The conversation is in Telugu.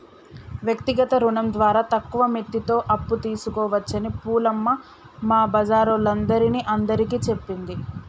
వ్యక్తిగత రుణం ద్వారా తక్కువ మిత్తితో అప్పు తీసుకోవచ్చని పూలమ్మ మా బజారోల్లందరిని అందరికీ చెప్పింది